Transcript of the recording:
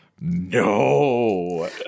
No